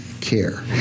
care